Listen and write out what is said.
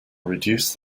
reduce